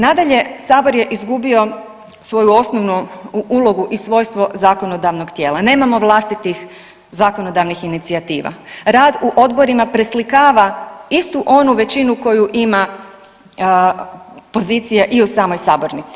Nadalje, sabor je izgubio svoju osnovnu ulogu i svojstvo zakonodavnog tijela, nemamo vlastitih zakonodavnih inicijativa, rad u odborima preslikava istu onu većinu koju ima pozicija i u samoj sabornici.